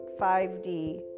5d